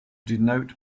denote